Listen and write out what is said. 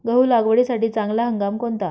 गहू लागवडीसाठी चांगला हंगाम कोणता?